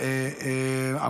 תודה רבה.